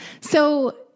So-